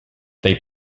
they